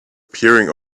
peering